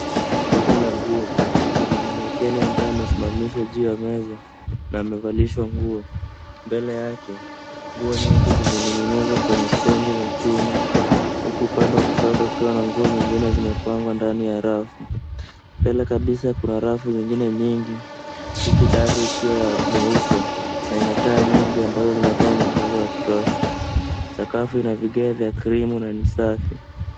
Duka la nguo lina mannequin ambaye amesimamishwa juu ya meza na amevalishwa nguo. Mbele yake nguo nyingi zimening'inizwa kwenye stendi za chuma huku upande wa kushoto kukiwa na nguo nyingine zimepangwa ndani ya rafu. Mbele kabisa kuna rafu zingine nyingi huku dari ikiwa nyeupe na ina taa nyingi ambazo zinatoa mwangaza wa kutosha. Sakafu ina vigaa vya krimu na ni safi.